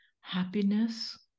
happiness